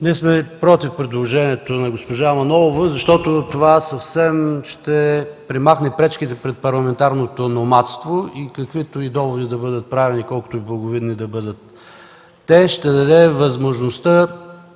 Ние сме против предложението на госпожа Манолова, защото това съвсем ще премахне пречките пред парламентарното номадство и каквито и доводи да бъдат правени, колкото и благовидни да бъдат те, ще дадем възможността